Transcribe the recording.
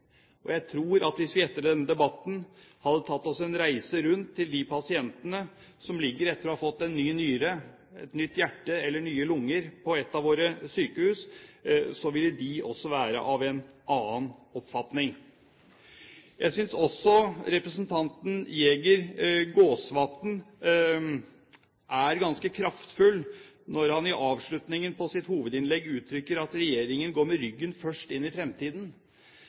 i. Jeg tror at hvis vi etter denne debatten hadde tatt oss en reise rundt til de pasientene som ligger på ett av våre sykehus etter å ha fått en ny nyre, et nytt hjerte eller nye lunger, ville de også være av en annen oppfatning. Jeg synes også representanten Jæger Gåsvatn er ganske kraftfull når han i avslutningen av sitt hovedinnlegg uttrykker at regjeringen «går med ryggen først inn i